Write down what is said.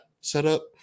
setup